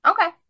Okay